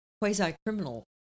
quasi-criminal